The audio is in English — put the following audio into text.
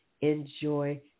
Enjoy